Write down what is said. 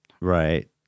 Right